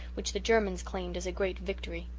which the germans claimed as a great victory.